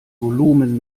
volumen